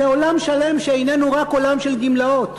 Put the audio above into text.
זה עולם שלם שאיננו רק עולם של גמלאות.